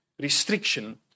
restriction